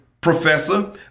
Professor